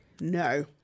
no